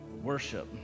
worship